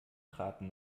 traten